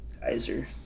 Kaiser